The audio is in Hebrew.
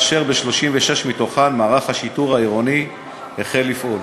וב-36 מתוכן מערך השיטור העירוני החל לפעול.